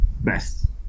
best